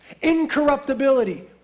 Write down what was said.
Incorruptibility